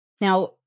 Now